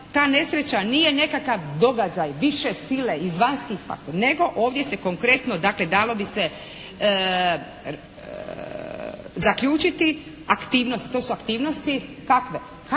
ta nesreća nije nekakav događaj više sile, izvanjskih faktor nego ovdje se konkretno, dakle dalo bi se zaključiti aktivnosti. To su aktivnosti. Kakve?